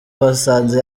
basanze